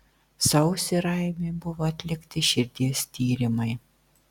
sausį raimiui buvo atlikti širdies tyrimai